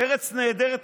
ארץ נהדרת,